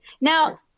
Now